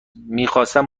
میخواستم